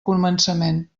començament